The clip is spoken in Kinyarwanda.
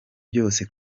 byose